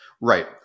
Right